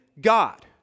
God